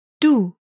Du